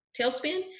tailspin